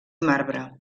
marbre